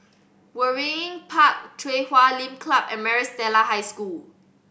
Waringin Park Chui Huay Lim Club and Maris Stella High School